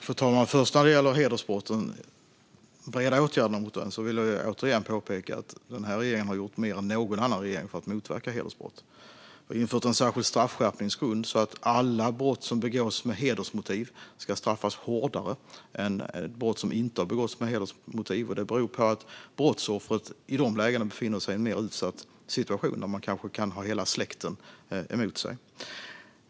Fru talman! När det gäller de breda åtgärderna mot hedersbrotten vill jag återigen påpeka att denna regering har gjort mer än någon annan regering för att motverka hedersbrott. Vi har infört en särskild straffskärpningsgrund så att alla brott som begås med hedersmotiv ska straffas hårdare än brott som inte har begåtts med hedersmotiv. Det beror på att brottsoffren i dessa fall befinner sig i en mer utsatt situation, och de kanske har hela släkten emot sig.